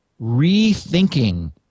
rethinking